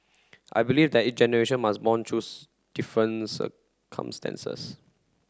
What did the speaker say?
I believe that each generation must bond though different circumstances